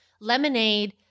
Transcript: Lemonade